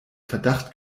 verdacht